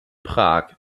prag